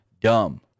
Dumb